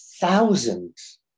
thousands